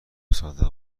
صادق